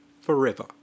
forever